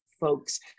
folks